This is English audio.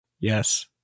Yes